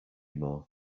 more